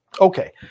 Okay